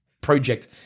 project